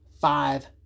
five